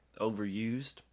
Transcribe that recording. overused